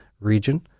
region